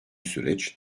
süreç